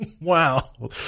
Wow